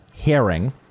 herring